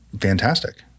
fantastic